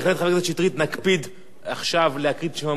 נקפיד עכשיו להקריא את שמות הח"כים,